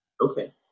Okay